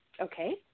Okay